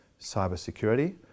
cybersecurity